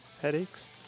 headaches